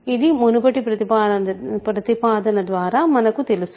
ఇది మునుపటి ప్రతిపాదన ద్వారా మనకు తెలుసు